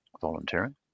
volunteering